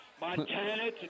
Montana